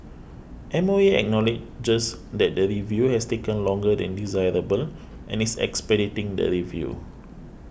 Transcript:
M O E acknowledges that the review has taken longer than desirable and is expediting the review